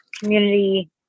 community